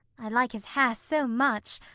i like his hair so much.